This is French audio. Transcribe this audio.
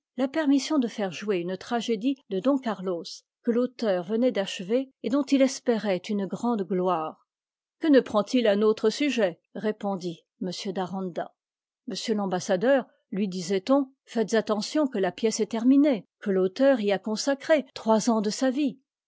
la permission de faire jouer une tragédie de don carlos que l'auteur venait d'achever et dont il espérait une grande gloire que ne prend-il autre ye répondit m d'aranda m l'ambassadeur lui disait-on faites attention que la pièce est terminée que l'auteur y a consacré trois ans de sa vie